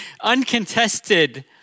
uncontested